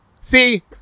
See